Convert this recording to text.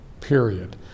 Period